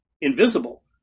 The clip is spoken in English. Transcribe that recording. invisible